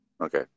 Okay